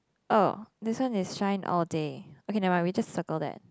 oh this one is shine all day okay never mind we just circle that